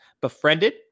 befriended